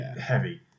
heavy